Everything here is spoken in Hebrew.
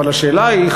אבל השאלה היא,